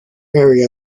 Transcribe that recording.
area